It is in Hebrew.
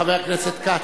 חבר הכנסת כץ,